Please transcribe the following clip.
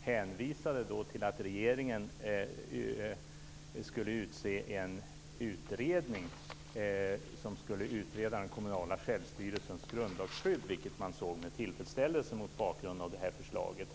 hänvisade till att regeringen skulle utse en utredning som skulle utreda den kommunala självstyrelsens grundlagsskydd, vilket man såg med tillfredsställelse mot bakgrund av det här förslaget.